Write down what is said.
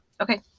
Okay